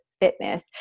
fitness